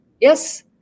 Yes